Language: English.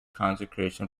consecration